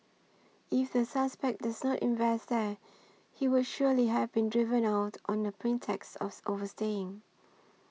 if the suspect does not invest there he would surely have been driven out on the pretext of overstaying